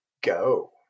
go